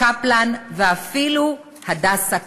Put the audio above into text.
קפלן ואפילו "הדסה",